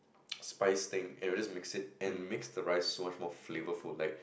spice thing and we just mix it and it makes the rice so much more flavourful like